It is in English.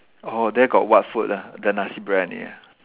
orh there got what food ah the nasi-biryani ah